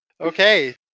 Okay